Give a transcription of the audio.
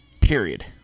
Period